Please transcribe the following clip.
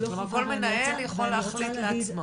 כלומר כל מנהל יכול להחליט לעצמו.